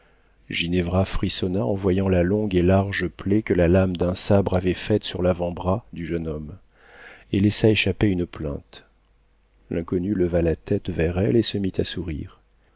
ginevra frissonna en voyant la longue et large plaie que la lame d'un sabre avait faite sur l'avant-bras du jeune homme et laissa échapper une plainte l'inconnu leva la tête vers elle et se mit à sourire